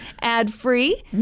ad-free